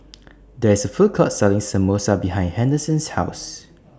There IS A Food Court Selling Samosa behind Henderson's House